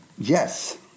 Yes